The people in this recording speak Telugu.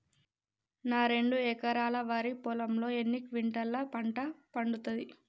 నా రెండు ఎకరాల వరి పొలంలో ఎన్ని క్వింటాలా పంట పండుతది?